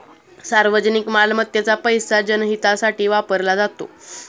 सार्वजनिक मालमत्तेचा पैसा जनहितासाठी वापरला जातो